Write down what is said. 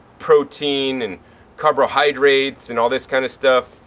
protein and carbohydrates and all this kind of stuff